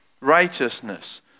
Righteousness